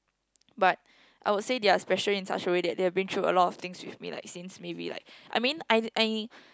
but I would say they are special in such way that they have been though a lot of things with me like since maybe like I mean I I